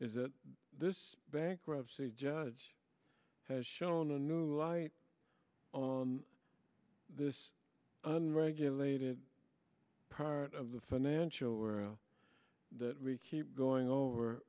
that this bankruptcy judge has shown a new light on this unregulated part of the financial were that we keep going over